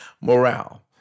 morale